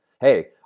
Hey